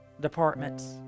departments